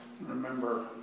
remember